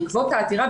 בעקבות העתירה,